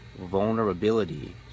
vulnerability